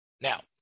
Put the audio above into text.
Now